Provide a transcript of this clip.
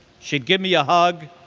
she'd give me a hug.